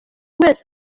wese